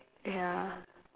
ya